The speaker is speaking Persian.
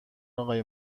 آقای